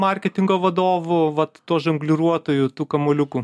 marketingo vadovu vat tuo žongliruotuoju tų kamuoliukų